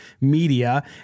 media